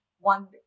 one